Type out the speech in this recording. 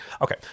okay